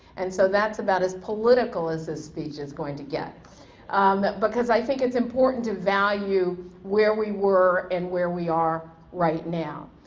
and so that's about as political as this speech is going to get because i think it's important to value where we were and where we are right now.